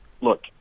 look